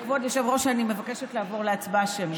כבוד היושב-ראש, אני מבקשת לעבור להצבעה שמית.